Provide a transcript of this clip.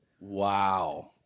Wow